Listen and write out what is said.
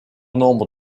nombre